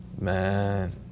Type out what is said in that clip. Man